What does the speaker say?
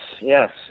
yes